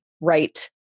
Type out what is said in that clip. right